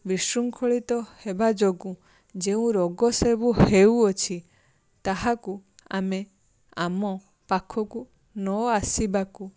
ବିଶୃଙ୍ଖଳିତ ହେବା ଯୋଗୁଁ ଯେଉଁ ରୋଗ ସବୁ ହେଉଅଛି ତାହାକୁ ଆମେ ଆମ ପାଖକୁ ନ ଆସିବାକୁ